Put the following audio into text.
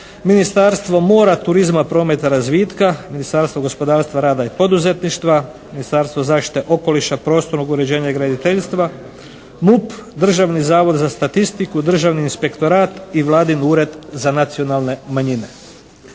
Ministarstvo mora, turizma, prometa, razvitka, Ministarstvo gospodarstva, rada i poduzetništva, Ministarstvo zaštite okoliša, prostornog uređenja i graditeljstva, MUP, Državni zavod za statistiku, Državni inspektorat i Vladin Ured za nacionalne manjine.